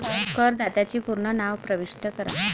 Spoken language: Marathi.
करदात्याचे पूर्ण नाव प्रविष्ट करा